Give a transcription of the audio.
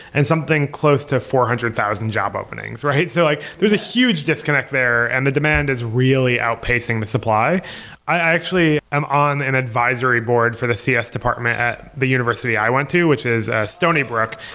and something close to four hundred thousand job openings, right? so like there's a huge disconnect there and the demand is really outpacing the supply i actually am on an advisory board for the cs department at the university i went to, which is stony brook.